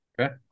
Okay